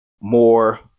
more